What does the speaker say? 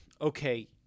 okay